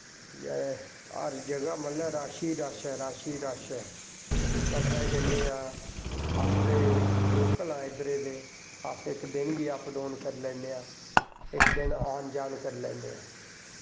हर जगह मतलब रश गै रश ऐ रश गै रश ऐ कटरै जन्ने आं अस ते लोकल आं इद्धर दे अस इक दिन बी अप डोन करी लैन्ने आं इक दिन आन जान करी लैन्ने आं